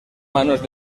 manos